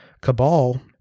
Cabal